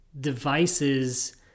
devices